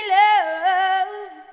love